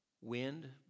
wind